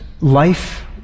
life